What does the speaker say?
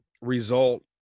result